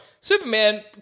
Superman